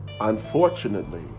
Unfortunately